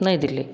New Delhi